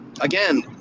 Again